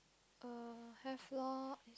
err have lor